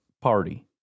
party